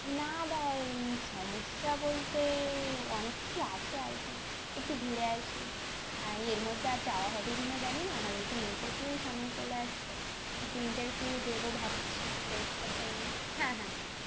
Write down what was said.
না দাদা সমস্যা বলতে অনেক কিছু আছে আর কি একটু ঘুরে আসি হ্যাঁ এর মধ্যে আর যাওয়া হবে কি না জানি না আমার এরকম ইন্টারভিউও সামনে চলে আসছে একটা ইন্টারভিউ দেবো ভাবছি পরীক্ষার জন্য হ্যাঁ হ্যাঁ হ্যাঁ হ্যাঁ